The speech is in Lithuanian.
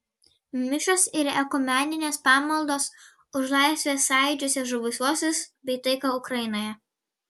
mišios ir ekumeninės pamaldos už laisvės sąjūdžiuose žuvusiuosius bei taiką ukrainoje